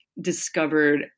discovered